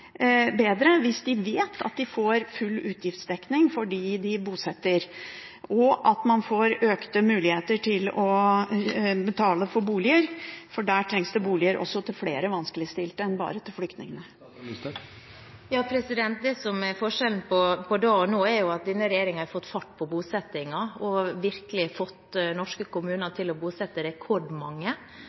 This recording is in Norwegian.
bedre hvis de vet at de får full utgiftsdekning for dem de bosetter, og at man får økte muligheter til å betale for boliger, for det trengs boliger også til flere vanskeligstilte enn bare til flyktningene. Det som er forskjellen på da og nå, er jo at denne regjeringen har fått fart på bosettingen og virkelig fått norske kommuner til å bosette rekordmange.